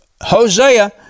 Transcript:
Hosea